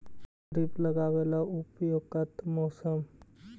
खरिफ लगाबे ला उपयुकत मौसम?